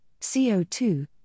CO2